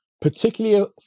particularly